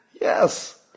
Yes